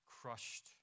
crushed